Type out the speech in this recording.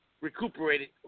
recuperated